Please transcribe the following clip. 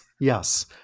yes